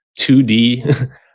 2D